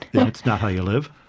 that's not how you live